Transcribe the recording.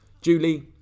Julie